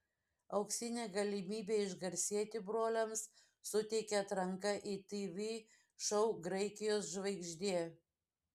auksinę galimybę išgarsėti broliams suteikia atranka į tv šou graikijos žvaigždė